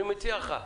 אני מציע לך.